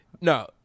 No